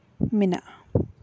ᱢᱮᱱᱟᱜᱼᱟ